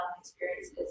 experiences